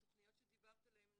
התוכניות שדיברת עליהן הן